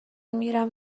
میرم